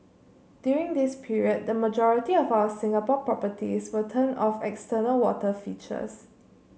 during this period the majority of our Singapore properties will turn off external water features